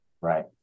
right